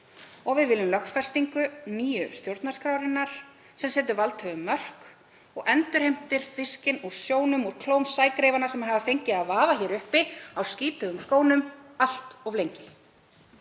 Og við viljum lögfestingu nýju stjórnarskrárinnar sem setur valdhöfum mörk og endurheimtir fiskinn úr sjónum úr klóm sægreifanna sem hafa fengið að vaða hér yfir allt á skítugum skónum allt of lengi,